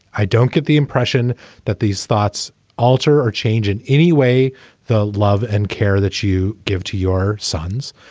i don't get the impression that these thoughts alter or change in any way the love and care that you give to your sons.